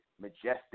majestic